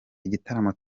igitaramo